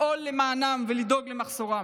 לפעול למענם ולדאוג למחסורם.